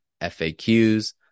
FAQs